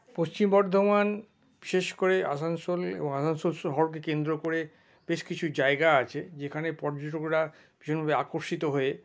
পশ্চিম বর্ধমান বিশেষ করে আসানসোল এবং আসানসোল শহরকে কেন্দ্র করে বেশ কিছু জায়গা আছে যেখানে পর্যটকরা ভীষণভাবে আকর্ষিত হয়ে